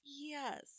Yes